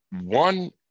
one